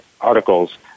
articles